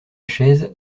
chaise